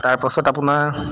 তাৰপাছত আপোনাৰ